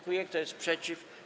Kto jest przeciw?